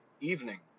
evening